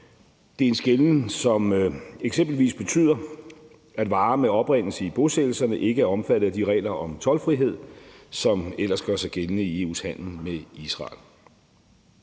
Det er en skelnen, som eksempelvis betyder, at varer med oprindelse i bosættelserne ikke er omfattet af de regler om toldfrihed, som ellers gør sig gældende i EU's handel med Israel.